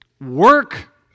Work